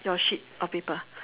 your sheet of paper